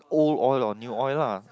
old oil or new oil lah